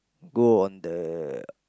go on the